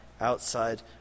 outside